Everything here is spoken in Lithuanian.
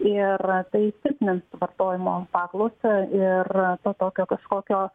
ir taip silpnins vartojimo paklausą ir to tokio kažkokio